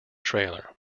trailer